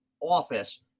office